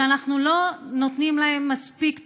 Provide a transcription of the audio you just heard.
שאנחנו לא נותנים להם מספיק תקציבים,